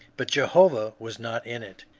but jehovah was not in it.